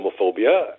homophobia